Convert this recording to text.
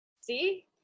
see